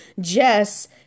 Jess